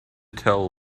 tell